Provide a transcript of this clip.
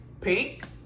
pink